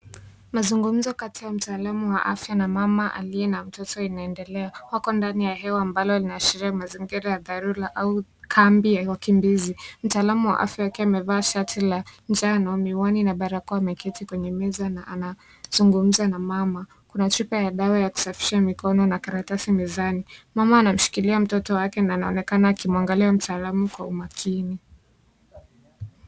Mazungumzo kati ya mtaalamu wa afya na mama, aliye na mtoto, inaendelea. Wako ndani ya hewa ambalo linaashiria mazingira ya dharura au kambi ya wakimbizi. Mtaalam wa afya, akiwa amevaa shati la njano, miwani na balakoa ,ameketi kwenye meza na anazungumza na mama. Kuna chupa ya dawa ya kusafisha mikono na kalatasi mezani. Mama anamshikiria mtoto wake na anaonekana akimwangalia mtaalamu kwa umakini.